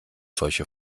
solche